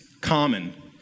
common